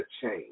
change